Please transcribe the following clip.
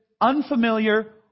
unfamiliar